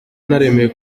naremeye